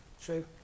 True